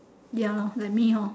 ya lor like me lor